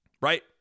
Right